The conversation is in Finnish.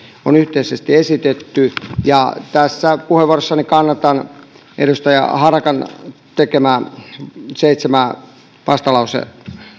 on yhteisesti esitetty tässä puheenvuorossani kannatan edustaja harakan ehdottamia seitsemää vastalauseen